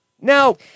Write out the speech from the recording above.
Now